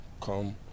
come